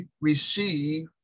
receive